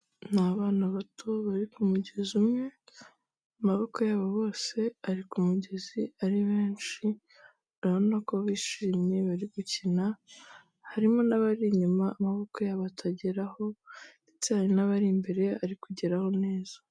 Ni abana bato bari ku mugezi umwe, amaboko yabo bose ari ku mugezi ari benshi, urabona ko bishimye bari gukina, harimo n'abari inyuma amaboko yabo atageraho ndetse hari n'abari imbere ari kugeraho neza.